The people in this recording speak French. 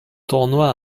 tournoi